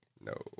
No